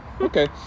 Okay